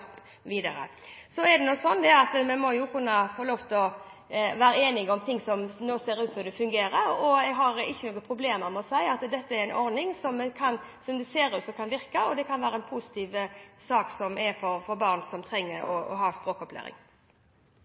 videre. Vi må kunne få lov til å være enig i ting som nå ser ut til å fungere. Jeg har ikke problemer med å si at dette er en ordning som ser ut til å virke, og som kan være positivt for barn som trenger språkopplæring. Jeg er glad for alle snuoperasjoner som